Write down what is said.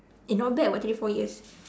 eh not bad [what] three four years